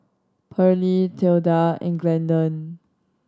Pearlie Tilda and Glendon